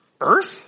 earth